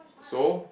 so